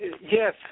yes